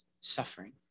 suffering